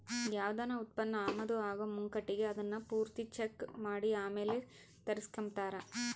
ಯಾವ್ದನ ಉತ್ಪನ್ನ ಆಮದು ಆಗೋ ಮುಂಕಟಿಗೆ ಅದುನ್ನ ಪೂರ್ತಿ ಚೆಕ್ ಮಾಡಿ ಆಮೇಲ್ ತರಿಸ್ಕೆಂಬ್ತಾರ